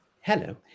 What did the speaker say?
hello